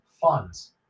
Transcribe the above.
funds